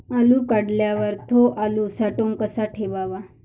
आलू काढल्यावर थो आलू साठवून कसा ठेवाव?